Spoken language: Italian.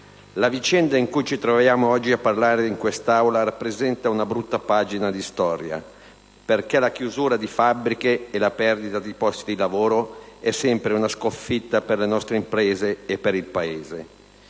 la vicenda di cui ci troviamo oggi a parlare in quest'Aula rappresenta una brutta pagina di storia, perché la chiusura di fabbriche e la perdita di posti di lavoro sono sempre una sconfitta per le nostre imprese e per il Paese.